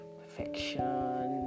perfection